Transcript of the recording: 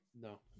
no